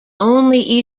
only